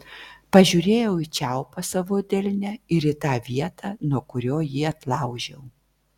pažiūrėjau į čiaupą savo delne ir į tą vietą nuo kurio jį atlaužiau